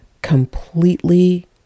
completely